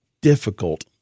difficult